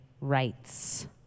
rights